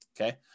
okay